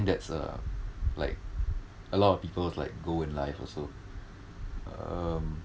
that's a like a lot of people's like goal in life also um